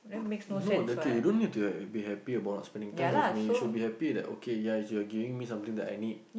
no the K you don't need to like be happy about not spending time with me you should be happy that okay ya you are giving me something that I need